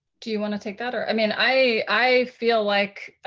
do you want to take that or? i mean i feel like